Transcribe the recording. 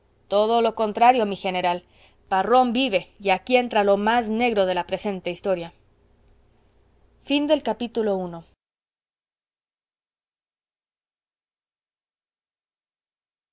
todo lo contrario mi general parrón vive y aquí entra lo más negro de la presente historia ii